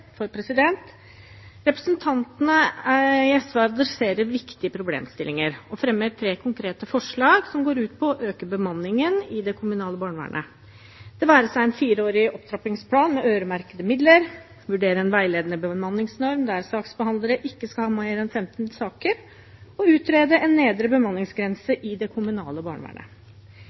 engasjerer, for representantene i SV tar tak i viktige problemstillinger og fremmer tre konkrete forslag, som går ut på å øke bemanningen i det kommunale barnevernet – det være seg en fireårig opptrappingsplan med øremerkede midler, å vurdere en veiledende bemanningsnorm der saksbehandler ikke skal ha flere enn 15 saker, og å utrede en nedre bemanningsgrense i det kommunale barnevernet.